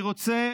אני רוצה